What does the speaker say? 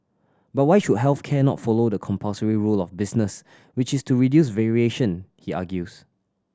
but why should health care not follow the compulsory rule of business which is to reduce variation he argues